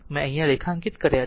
મેં અહિયાં રેખાંકિત કર્યા છે